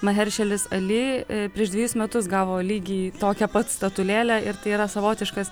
maheršelis ali prieš dvejus metus gavo lygiai tokią pat statulėlę ir tai yra savotiškas